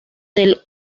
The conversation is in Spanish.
del